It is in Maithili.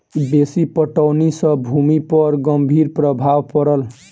बेसी पटौनी सॅ भूमि पर गंभीर प्रभाव पड़ल